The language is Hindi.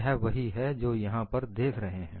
यह वही है जो यहां पर देख रहे हैं